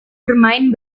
bermain